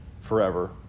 forever